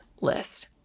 list